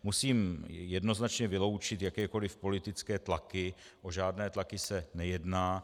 Musím jednoznačně vyloučit jakékoliv politické tlaky, o žádné tlaky se nejedná.